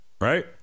right